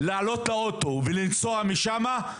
לעלות לאוטו ולנסוע משם,